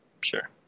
Sure